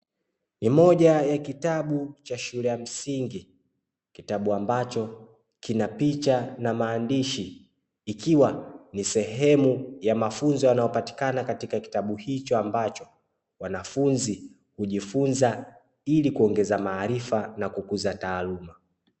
Ni moja ya kitabu cha shule ya msingi, kitabu ambacho kina picha na maandishi ikiwa ni sehemu ya mafunzo yanayopatikana katika kitabu hicho ambacho, wanafunzi hujifunza ilikuongeza maarifa nakukuza taaluma.